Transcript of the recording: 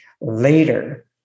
later